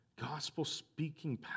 gospel-speaking